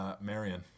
Marion